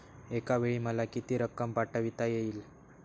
एकावेळी मला किती रक्कम पाठविता येईल?